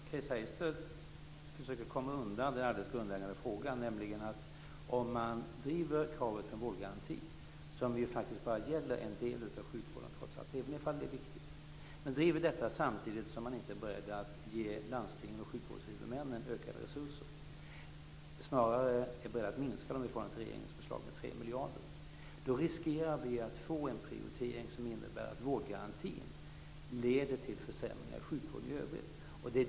Chris Heister försöker komma undan den grundläggande frågan, nämligen att om man driver kravet på vårdgaranti - som faktiskt bara gäller en del av sjukvården - samtidigt som man inte är beredd att ge landstingen och sjukvårdshuvudmännen ökade resurser - snarare är det fråga om en minskning med 3 miljarder i förhållande till regeringens förslag - riskerar vi att få en prioritering som innebär att vårdgarantin leder till försämringar i sjukvården i övrigt.